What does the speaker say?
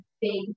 big